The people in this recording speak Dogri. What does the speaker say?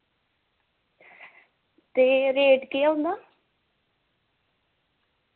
ते रेट केह् ऐ उं'दा